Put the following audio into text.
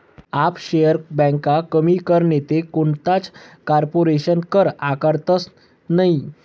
offshore ब्यांका कमी कर नैते कोणताच कारपोरेशन कर आकारतंस नयी